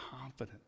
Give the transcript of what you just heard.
confidence